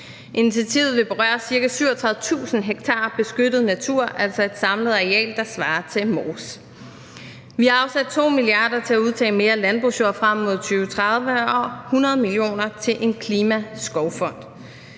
Initiativet vil berøre ca. 37.000 ha beskyttet natur, altså et samlet areal, der svarer til Mors. Vi har afsat 2 mia. kr. til at udtage mere landbrugsjord frem mod 2030 og 100 mio. kr. til en klimaskovfond.